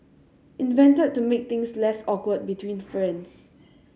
invented to make things less awkward between friends